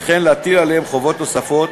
וכן להטיל עליהם חובות נוספות